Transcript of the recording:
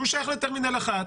שהוא שייך לטרמינל 1,